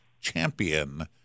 champion